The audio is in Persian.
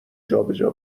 جابجا